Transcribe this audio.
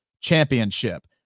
Championship